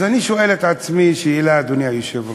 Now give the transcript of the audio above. אז אני שואל את עצמי שאלה, אדוני היושב-ראש,